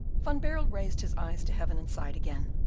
van baerle raised his eyes to heaven and sighed again.